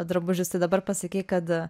drabužis tai dabar pasakei kad